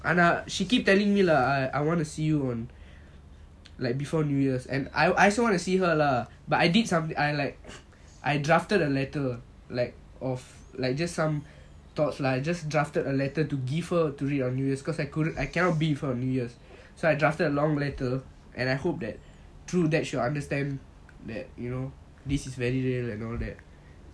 ஆனா:aana she keep telling me lah I want to see you on like before new years and I also want to see her lah but I did something I like I drafted a letter like of like just some thoughts lah just drafted a letter to give her to read on new years cause I couldn't I cannot be with her for new years so I drafted a long later and I hope that through that she will understand that you know this is very real and all that